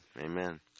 Amen